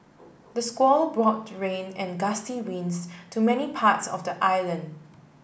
the squall brought rain and gusty winds to many parts of the island